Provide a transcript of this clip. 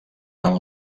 tant